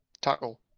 Tackle